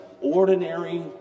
ordinary